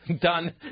Done